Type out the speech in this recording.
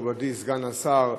מכובדי סגן השר,